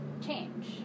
change